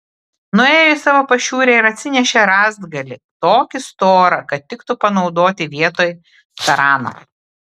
nuėjo į savo pašiūrę ir atsinešė rąstgalį tokį storą kad tiktų panaudoti vietoj tarano